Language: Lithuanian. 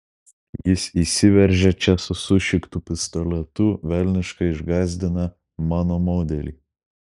jis įsiveržia čia su sušiktu pistoletu velniškai išgąsdina mano modelį